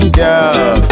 girl